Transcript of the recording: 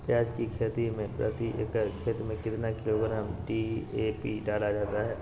प्याज की खेती में प्रति एकड़ खेत में कितना किलोग्राम डी.ए.पी डाला जाता है?